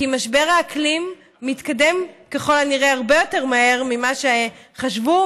כי משבר האקלים מתקדם ככל הנראה הרבה יותר מהר ממה שחשבו,